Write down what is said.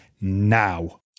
now